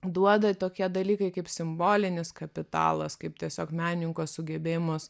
duoda tokie dalykai kaip simbolinis kapitalas kaip tiesiog menininko sugebėjimas